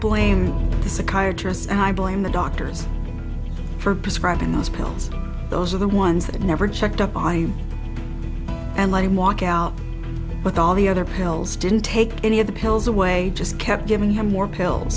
and i blame the doctors for prescribing those pills those are the ones that never checked up on i and my walk out with all the other pills didn't take any of the pills away just kept giving him more pills